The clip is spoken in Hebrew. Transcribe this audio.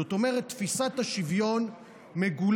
זאת אומרת, תפיסת השוויון מגולמת